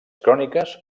cròniques